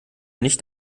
nicht